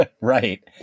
Right